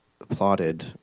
applauded